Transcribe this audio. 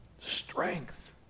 Strength